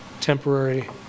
temporary